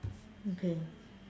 okay